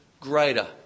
greater